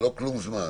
זה לא כלום זמן.